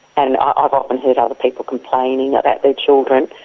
and i've often heard other people complaining about their children,